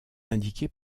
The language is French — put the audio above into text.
indiqués